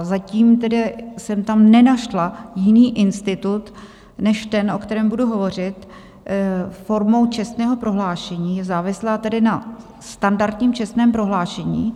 Zatím tedy jsem tam nenašla jiný institut než ten, o kterém budu hovořit, formou čestného prohlášení, závislá tedy na standardním čestném prohlášení.